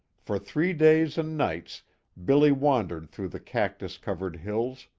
for three days and nights billy wandered through the cactus covered hills,